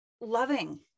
loving